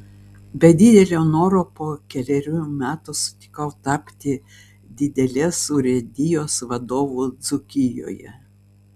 be didelio noro po kelerių metų sutikau tapti didelės urėdijos vadovu dzūkijoje